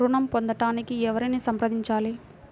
ఋణం పొందటానికి ఎవరిని సంప్రదించాలి?